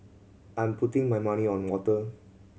I'm putting my money on water